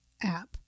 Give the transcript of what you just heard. app